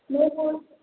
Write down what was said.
मैं बोल देती हूँ